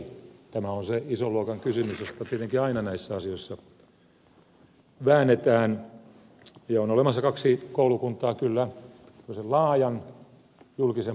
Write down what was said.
tämä on se ison luokan kysymys josta tietenkin aina näissä asioissa väännetään ja on olemassa kaksi koulukuntaa kyllä laajan julkisen palvelun kannattajat ja sen kapean